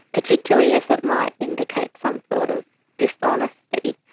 particularly if it might indicate some sort of dishonesty.